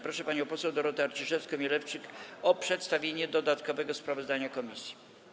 Proszę panią poseł Dorotę Arciszewską-Mielewczyk o przedstawienie dodatkowego sprawozdania komisji.